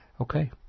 Okay